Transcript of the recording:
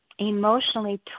emotionally